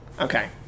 Okay